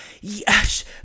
yes